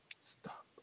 Stop